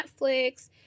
Netflix